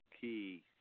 key